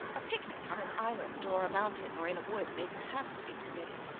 a picnic on an island or a mountain or in a wood may perhaps be permitted.